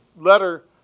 letter